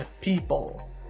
people